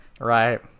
Right